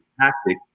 tactic